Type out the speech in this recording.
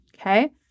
Okay